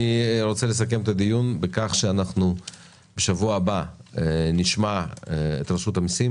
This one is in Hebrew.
אני רוצה לסכם את הדיון בכך שבשבוע הבא נשמע את רשות המסים